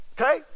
okay